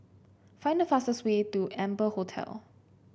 find the fastest way to Amber Hotel